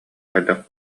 хайдах